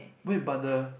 wait but the